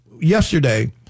yesterday